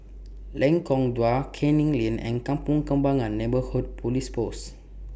Lengkong Dua Canning Lane and Kampong Kembangan Neighbourhood Police Post